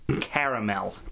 Caramel